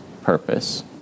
purpose